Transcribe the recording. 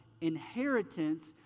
inheritance